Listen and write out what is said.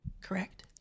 Correct